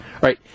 right